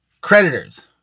creditors